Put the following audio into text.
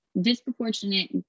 disproportionate